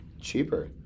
Cheaper